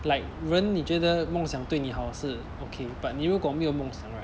like 人你觉得梦想对你好是 okay but 你如果没有梦想 right